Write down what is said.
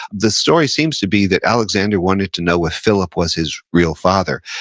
the story seems to be that alexander wanted to know if philip was his real father.